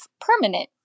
permanent